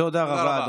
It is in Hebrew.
תודה רבה.